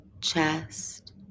chest